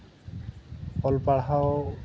ᱚᱞ ᱯᱟᱲᱦᱟᱣ